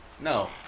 no